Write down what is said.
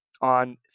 on